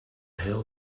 hail